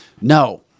No